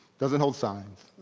doesn't hold signs,